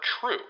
true